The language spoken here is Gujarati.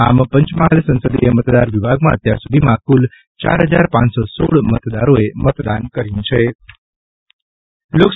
આમ પંચમહાલ સંસદીય મતદાર વિભાગમાં અત્યાર સુધીમાં કુલ ચાર હજાર પાંચસો સોળ મતદારોએ મતદાન કર્યૂં છે